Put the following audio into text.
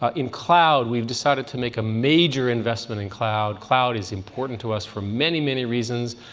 ah in cloud, we've decided to make a major investment in cloud. cloud is important to us for many, many reasons,